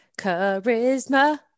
Charisma